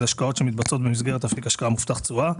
השקעות שמתבצעות במסגרת אפיק השקעה מובטח תשואה,